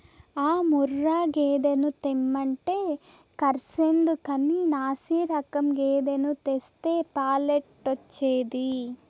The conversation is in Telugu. ఆ ముర్రా గేదెను తెమ్మంటే కర్సెందుకని నాశిరకం గేదెను తెస్తే పాలెట్టొచ్చేది